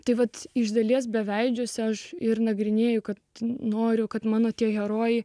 tai vat iš dalies beveidžiuose aš ir nagrinėju kad noriu kad mano tie herojai